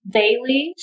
daily